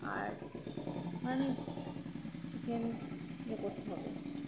আর মানে চিকেন ইয়ে করতে হবে